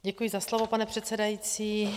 Děkuji za slovo, pane předsedající.